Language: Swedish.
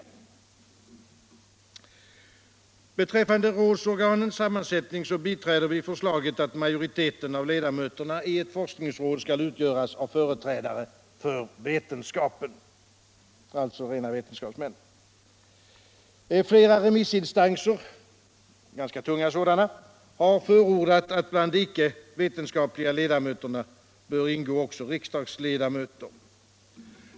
Vad beträffar rådsorganens sammansättning biträder vi förslaget att majoriteten av ledamöterna i ett forskningsråd skall utgöras av företrädare för vetenskapen, alltså rena vetenskapsmän. Flera remissinstanser — ganska tunga sådana — har förordat att bland de icke-vetenskapliga ledamöterna bör ingå också riksdagsledamöter.